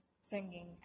singing